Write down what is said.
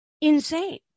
insane